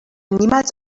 niemals